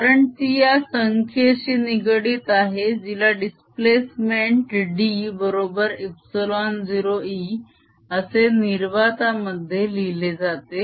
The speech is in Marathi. कारण टी या संख्येशी निगडीत आहे जिला दिस्प्लेस मेंट D बरोबर ε0 e असे निर्वाता मध्ये लिहिले जाते